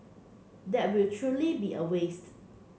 that will truly be a waste